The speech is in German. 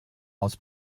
aus